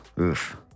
oof